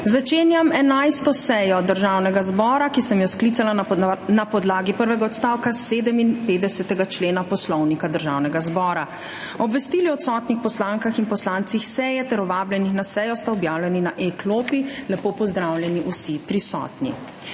Začenjam 11. sejo Državnega zbora, ki sem jo sklicala na podlagi prvega odstavka 57. člena Poslovnika Državnega zbora. Obvestili o na seji odsotnih poslankah in poslancih ter o vabljenih na sejo sta objavljeni na e-klopi. Lepo pozdravljeni vsi prisotni!